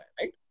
right